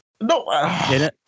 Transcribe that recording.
No